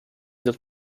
that